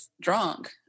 drunk